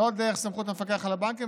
לא דרך סמכות המפקח על הבנקים,